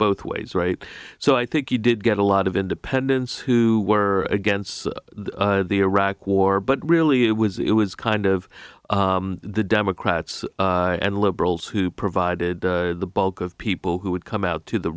both ways right so i think you did get a lot of independents who were against the iraq war but really it was it was kind of the democrats and liberals who provided the bulk of people who would come out to the